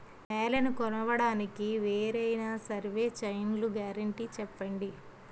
నేలనీ కొలవడానికి వేరైన సర్వే చైన్లు గ్యారంటీ చెప్పండి?